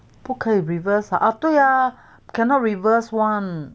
不可以 reverse 啊啊对呀 cannot reverse [one]